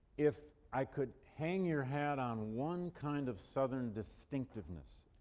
if i could hang your hat on one kind of southern distinctiveness,